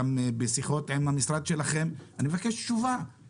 חברות ההסעה הן חלק מהסיפור הזה של נפגעי ענף התיירות בצורה ישירה